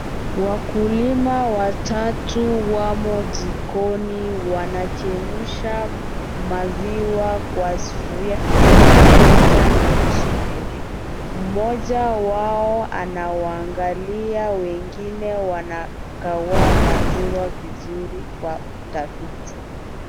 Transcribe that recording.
Wakulima watatu wamo jikoni wanachemsha maziwa kwa sufuria pamoja na jiko. Mmoja wao anawaangalia, wengine wanatoa maziwa vizuri kwa utafiti.